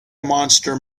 monster